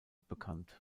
bekannt